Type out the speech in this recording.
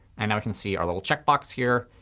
and now we can see our little checkbox here.